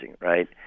right